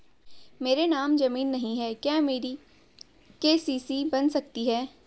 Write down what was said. मेरे नाम ज़मीन नहीं है क्या मेरी के.सी.सी बन सकती है?